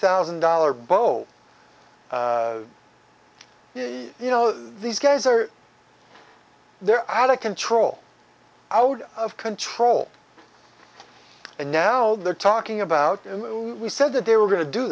thousand dollar bow you know these guys are they're out of control out of control and now they're talking about we said that they were going to do